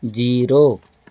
zero